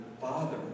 father